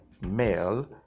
male